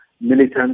militants